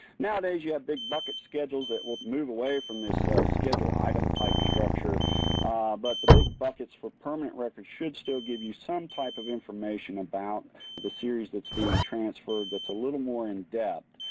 nowadays you have big bucket schedules that would move away from this scheduled item type structure but the big buckets for permanent record should still give you some type of information about the series that's being transferred that's a little more in depth,